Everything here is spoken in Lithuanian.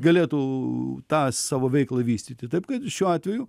galėtų tą savo veiklą vystyti taip kad šiuo atveju